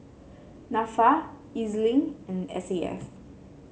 NAFA EZ Link and S A F